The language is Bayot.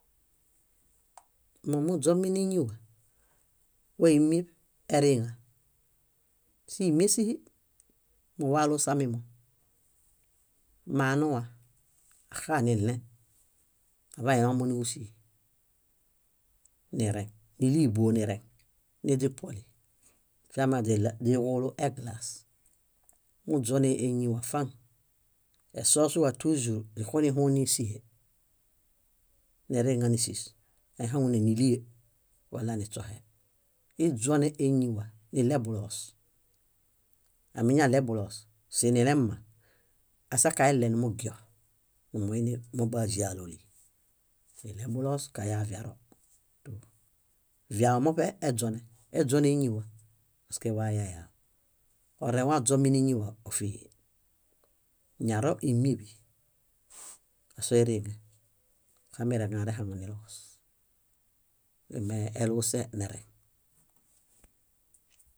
Momuźomi níñiwa, wa ímieṗ eriŋa. Símiesihi mowalusamimom. Manuwa, axaa niɭen aḃailomo níġusii, nireŋ, níli búo nireŋ niźipuoli afiamiġaɭo źiġulu eglas. Muźuone eñiwa faŋ. Esusuwa túĵur, źixunihũ nísihe. Nereŋa nísis, aihaŋune nílie wala niśuohe. Iźuone éñiwa. Niɭe buloos, amiñaɭe buloos, sinilemma, asakaele nimugio. Nimuini móbaĵaloli. Niɭe buloos kaya viaro tú. Viao muṗe eźuone, eźuon éñiwa paske wayayaho. Orẽwa oźomi néñiwa ófihi: ñaro, ímieḃi asoiriŋe. Axamireŋ arehaŋuniloos. Íi meluse nereŋ.